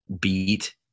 beat